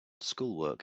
schoolwork